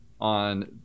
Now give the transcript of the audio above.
on